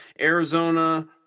Arizona